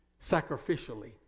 sacrificially